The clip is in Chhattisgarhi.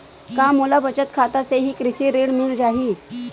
का मोला बचत खाता से ही कृषि ऋण मिल जाहि?